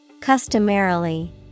Customarily